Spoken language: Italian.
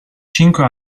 cinque